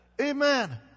Amen